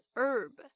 herb